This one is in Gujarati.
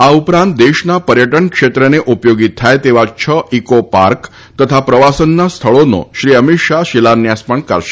આ ઉપરાંત દેશના પર્યટન ક્ષેત્રને ઉપયોગી થાય તેવા છ ઇકોપાર્ક તથા પ્રવાસનના સ્થળોનો શ્રી અમિત શાહ શિલાયાન્સ પણ કરશે